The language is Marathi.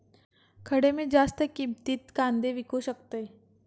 खडे मी जास्त किमतीत कांदे विकू शकतय?